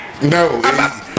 No